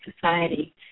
society